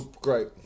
Great